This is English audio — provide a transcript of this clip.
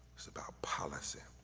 it's about policy.